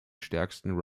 stärksten